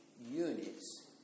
units